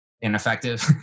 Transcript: ineffective